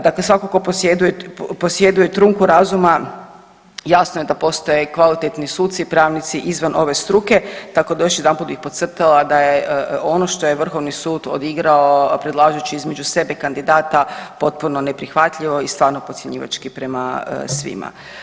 Dakle, svatko tko posjeduje trunku razuma jasno je da postoje kvalitetni suci i pravnici izvan ove struke tako da još jedanput bi podcrtala da je ono što je Vrhovni sud odigrao predlažući između sebe kandidata potpuno neprihvatljivo i stvarno podcjenjivački prema svima.